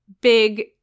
big